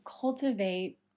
cultivate